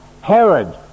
Herod